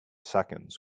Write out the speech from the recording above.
seconds